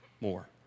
more